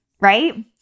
right